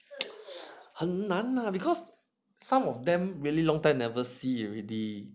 很难 lah because some of them really long time never see you already